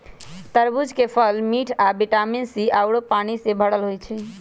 तरबूज के फल मिठ आ विटामिन सी आउरो पानी से भरल होई छई